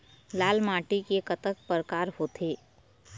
लाल माटी के कतक परकार होथे?